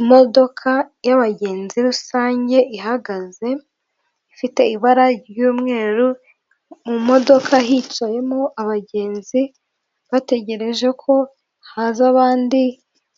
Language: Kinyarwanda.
Imodoka y'abagenzi rusange ihagaze, ifite ibara ry'umweru, mu modoka hicayemo abagenzi, bategereje ko haza abandi